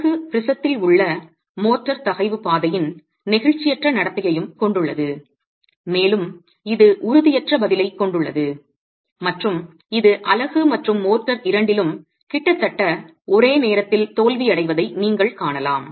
அலகு ப்ரிஸத்தில் உள்ள மோர்டர் தகைவு பாதையின் நெகிழ்ச்சியற்ற நடத்தையையும் கொண்டுள்ளது மேலும் இது உறுதியற்ற பதிலைக் கொண்டுள்ளது மற்றும் இது அலகு மற்றும் மோர்டர் இரண்டிலும் கிட்டத்தட்ட ஒரே நேரத்தில் தோல்வியடைவதை நீங்கள் காணலாம்